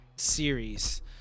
series